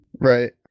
right